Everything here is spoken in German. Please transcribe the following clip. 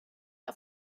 auf